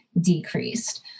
decreased